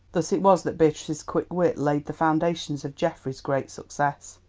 thus it was that beatrice's quick wit laid the foundations of geoffrey's great success.